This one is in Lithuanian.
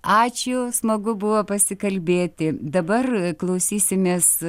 ačiū smagu buvo pasikalbėti dabar klausysimės